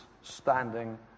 standing